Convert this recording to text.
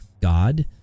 God